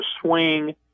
swing